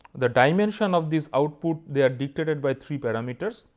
the dimension of this output, they are dictated by three parameters.